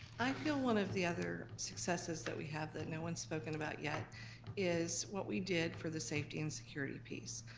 i feel one of the other successes that we have that no one's spoken about yet is what we did for the safety and security piece.